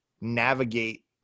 navigate